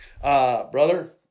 brother